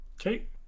Okay